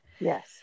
Yes